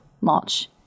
march